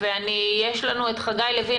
יש לנו את חגי לוין,